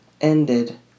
Ended